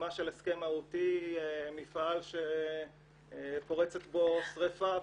חתימה של הסכם מהותי, מפעל שפורצת בו שריפה וכו'.